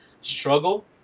struggle